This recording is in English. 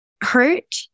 hurt